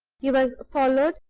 he was followed,